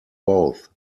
both